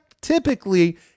typically